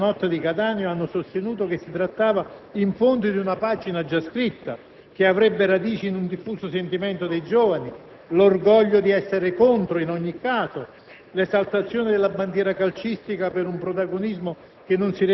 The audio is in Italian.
Alcuni giornali, cari colleghi, parlando della tragica notte di Catania, hanno sostenuto che si trattava, in fondo, di una pagina già scritta e che avrebbe radici in un diffuso sentimento dei giovani: l'orgoglio di essere contro in ogni caso,